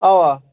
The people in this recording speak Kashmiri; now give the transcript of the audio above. اَوا